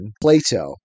Plato